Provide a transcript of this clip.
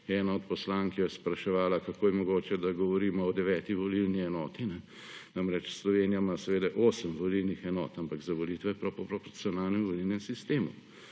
Ena od poslank je spraševala, kako je mogoče, da govorimo o deveti volilni enoti. Namreč Slovenija ima seveda osem volilnih enot, ampak za volitve po proporcionalnem volilnem sistemu.